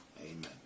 amen